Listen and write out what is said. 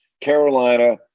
Carolina